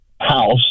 house